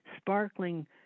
sparkling